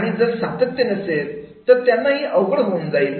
आणि जर सातत्य नसेल तर त्यांनाही अवघड होऊन जाईल